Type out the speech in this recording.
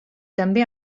també